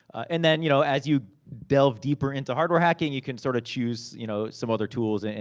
and then, you know, as you delve deeper into hardware hacking, you can sort of choose you know some other tools, and and